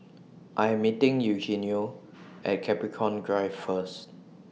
I Am meeting Eugenio At Capricorn Drive First